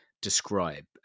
describe